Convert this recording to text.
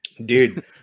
Dude